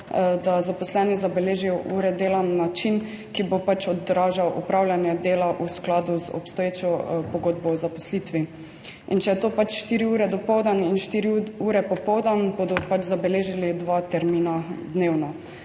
da zaposleni zabeležijo ure dela na način, ki bo pač odražal opravljanje dela v skladu z obstoječo pogodbo o zaposlitvi. Če je to pač štiri ure dopoldan in štiri ure popoldan, bodo pač zabeležili dva termina dnevno.